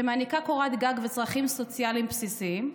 מי שמעניקה קורת גג וצרכים סוציאליים בסיסיים,